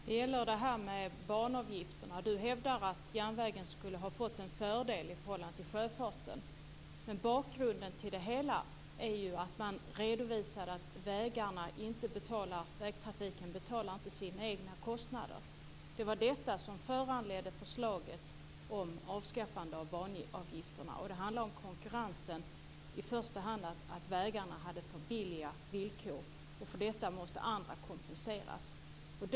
Fru talman! Det gäller frågan om banavgifter. Sven Bergström hävdar att järnvägen skulle ha fått en fördel i förhållande till sjöfarten. Bakgrunden till det hela är ju att man redovisade att vägtrafiken inte betalar sina egna kostnader. Det var detta som föranledde förslaget om avskaffande av banavgifterna. Det handlar om konkurrensen, i första hand att vägarna hade sådana villkor att andra måste kompenseras för detta.